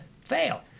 fail